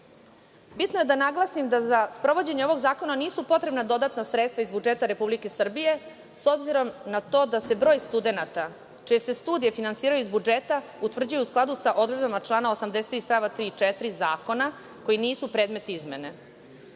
je da naglasim da za sprovođenje ovog zakona nisu potrebna dodatna sredstva iz budžeta Republike Srbije, s obzirom na to da se broj studenata čije se studije finansiraju iz budžeta utvrđuje u skladu sa odredbama člana 83. st. 3. i 4. Zakona, koji nisu predmet